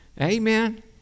Amen